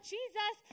Jesus